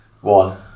One